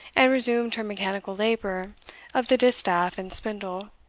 and resumed her mechanical labour of the distaff and spindle,